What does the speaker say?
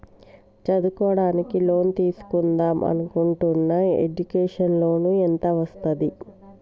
చదువుకోవడానికి లోన్ తీస్కుందాం అనుకుంటున్నా ఎడ్యుకేషన్ లోన్ ఎంత వస్తది?